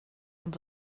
und